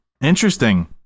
Interesting